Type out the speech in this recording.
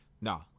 Nah